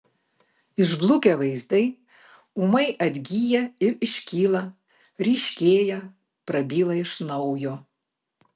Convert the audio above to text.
išblukę vaizdai ūmai atgyja ir iškyla ryškėja prabyla iš naujo